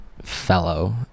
fellow